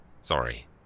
Sorry